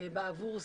עבור זה.